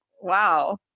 wow